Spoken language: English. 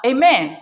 Amen